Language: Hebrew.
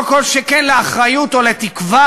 לא כל שכן לאחריות או לתקווה.